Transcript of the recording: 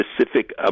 specific